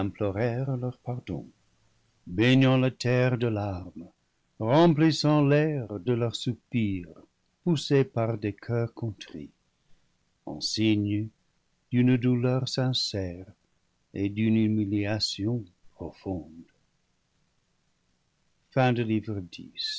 pardon baignant la terre de larmes remplissant l'air de leurs soupirs poussés par des coeurs contrits en signe d'une douleur sincère et d'une humiliation profonde